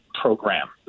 program